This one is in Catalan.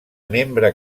membre